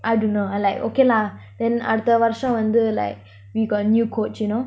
I dunno I like okay lah then அடுத்த வருஷம்:adutha varusam like we got new coach you know